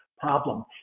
problem